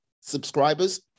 subscribers